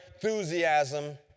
enthusiasm